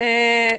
מסקנות.)